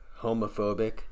homophobic